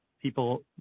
People